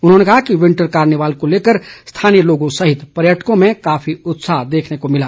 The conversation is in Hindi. उन्होंने कहा कि विंटर कार्निवाल को लेकर स्थानीय लोगों सहित पर्यटकों में काफी उत्साह देखने को मिला